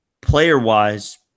Player-wise